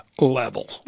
level